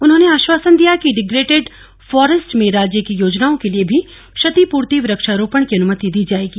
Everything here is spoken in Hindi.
उन्होंने आश्वासन दिया कि डिग्रेटेड फॉरेस्ट में राज्य की योजनाओं के लिए भी क्षति पृर्ति वक्षारोपण की अनुमति दी जायेगी